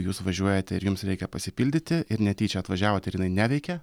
jūs važiuojat ir jums reikia pasipildyti ir netyčia atvažiavot ir jinai neveikia